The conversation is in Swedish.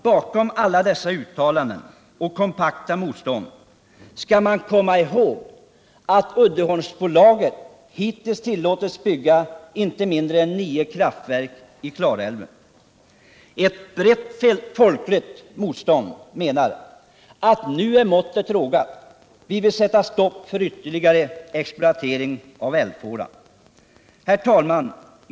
Bakom alla dessa uttalanden och detta kompakta mot Norrland stånd skall man komma ihåg att Uddeholmsbolaget hittills tillåtits att bygga inte mindre än nio kraftverk i Klarälven. Ett brett folkligt motstånd menar att nu är måttet rågat. Vi vill sätta stopp för ytterligare exploatering av älvfåran.